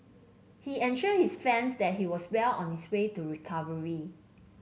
he ensured his fans that he was well on his way to recovery